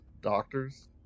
doctors